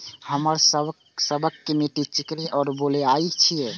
हमर सबक मिट्टी चिकनी और बलुयाही छी?